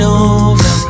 over